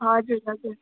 हजुर हजुर